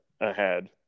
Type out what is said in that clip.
ahead